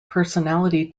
personality